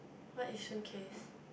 what Yishun case